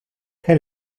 que